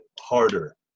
harder